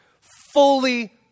Fully